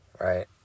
right